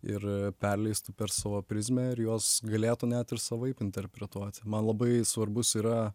ir perleistų per savo prizmę ir juos galėtų net ir savaip interpretuoti man labai svarbus yra